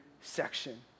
section